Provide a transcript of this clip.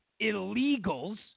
illegals